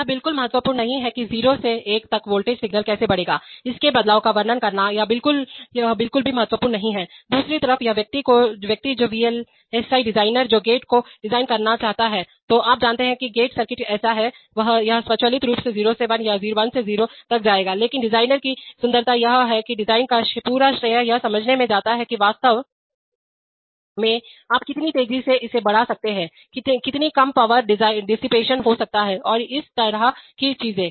यह बिल्कुल महत्वपूर्ण नहीं है कि 0 से 1 तक वोल्टेज सिग्नल कैसे बढ़ेगा इसके बदलाव का वर्णन करना यह बिल्कुल भी महत्वपूर्ण नहीं है दूसरी तरफ वह व्यक्ति जो वीएलएसआई डिजाइनर जो गेट को डिजाइन करना चाहता है तो आप जानते हैं कि गेट सर्किट ऐसा है यह स्वचालित रूप से 0 से 1 या 1 से 0 तक जाएगा लेकिन डिजाइन की सुंदरता या या डिजाइन का पूरा श्रेय यह समझने में जाता है कि वास्तव में आप कितनी तेजी से इसे बढ़ा सकते हैं कितनी कम पावर डिसिपेशन हो सकता है और इस तरह की चीजें